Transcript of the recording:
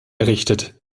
errichtet